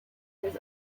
his